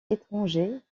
étrangers